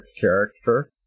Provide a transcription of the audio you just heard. character